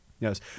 Yes